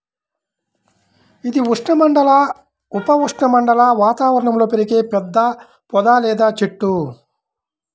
ఇది ఉష్ణమండల, ఉప ఉష్ణమండల వాతావరణంలో పెరిగే పెద్ద పొద లేదా చెట్టు